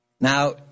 Now